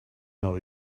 know